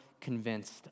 convinced